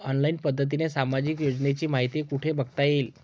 Online पद्धतीने सामाजिक योजनांची माहिती कुठे बघता येईल?